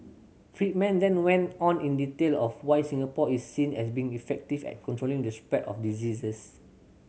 Friedman then went on in detail of why Singapore is seen as being effective at controlling the spread of diseases